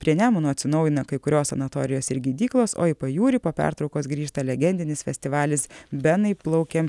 prie nemuno atsinaujina kai kurios sanatorijos ir gydyklos o į pajūrį po pertraukos grįžta legendinis festivalis benai plaukiam